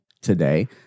today